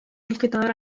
القطار